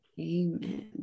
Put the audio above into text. Amen